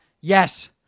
yes